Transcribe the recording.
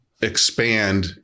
expand